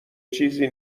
چیزی